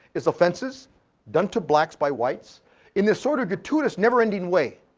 is offenses done to blacks by whites in this sort of gratuitous never-ending way.